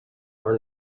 are